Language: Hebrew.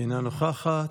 אינה נוכחת.